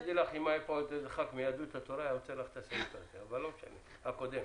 היה עוצר לך את הסעיף הקודם.